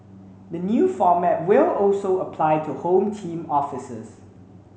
the new format will also apply to Home Team officers